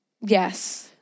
Yes